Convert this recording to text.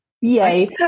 yay